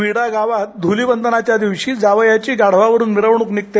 विडा गावात धूलिवंदनाच्या दिवशी जावयाची गाढवावरुन मिरवणुक निघते